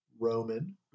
Roman